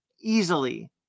easily